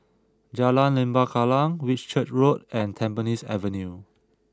Jalan Lembah Kallang Whitchurch Road and Tampines Avenue